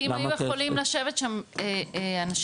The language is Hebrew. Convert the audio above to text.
כי אם היו יכולים לשבת שם אנשים,